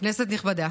כנסת נכבדה,